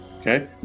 okay